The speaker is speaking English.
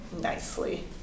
nicely